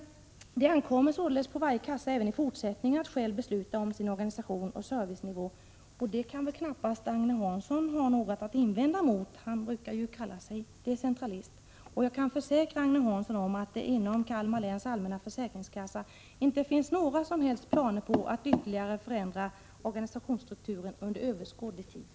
Det ankommer således även i fortsättningen på varje kassa att själv besluta om sin organisation och servicenivå. Detta kan väl Agne Hansson knappast ha något att invända emot; han brukar ju kalla sig decentralist. Jag kan försäkra Agne Hansson om att det inom Kalmar läns allmänna försäkringskassa inte finns några som helst planer på att ytterligare förändra organisationsstrukturen inom överskådlig framtid.